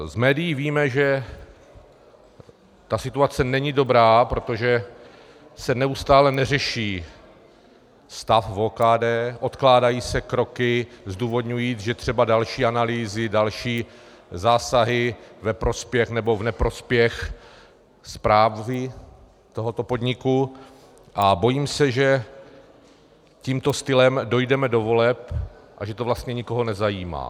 Z médií víme, že situace není dobrá, protože se neustále neřeší stav v OKD, odkládají se kroky, zdůvodňují, že je třeba další analýzy, další zásahy ve prospěch nebo v neprospěch správy tohoto podniku, a bojím se, že tímto stylem dojdeme do voleb a že to vlastně nikoho nezajímá.